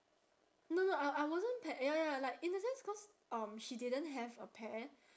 no no I I wasn't paired ya ya like in a sense cause um she didn't have a pair